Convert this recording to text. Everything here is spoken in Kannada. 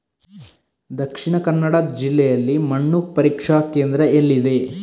ದಕ್ಷಿಣ ಕನ್ನಡ ಜಿಲ್ಲೆಯಲ್ಲಿ ಮಣ್ಣು ಪರೀಕ್ಷಾ ಕೇಂದ್ರ ಎಲ್ಲಿದೆ?